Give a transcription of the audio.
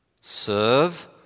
Serve